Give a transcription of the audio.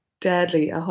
deadly